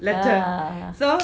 ah